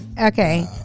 Okay